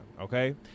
Okay